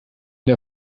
der